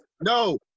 No